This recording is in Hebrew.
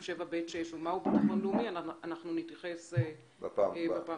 7(ב)(6) ומהו ביטחון לאומי אנחנו נתייחס בדיון